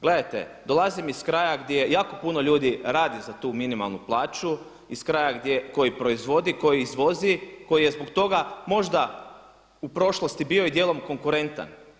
Gledajte, dolazim iz kraja gdje jako puno ljudi radi za tu minimalnu plaću, iz kraja koji proizvodi, koji izvozi, koji je zbog toga možda u prošlosti bio i dijelom konkurentan.